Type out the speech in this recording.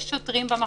יש שוטרים במחסומים.